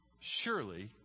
surely